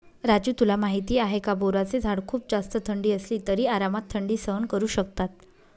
राजू तुला माहिती आहे का? बोराचे झाड खूप जास्त थंडी असली तरी आरामात थंडी सहन करू शकतात